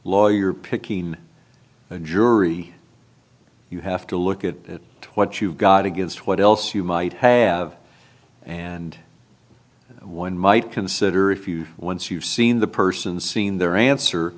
lawyer picking a jury you have to look at what's you got against what else you might have and one might consider if you once you've seen the person seen their answer